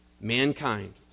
mankind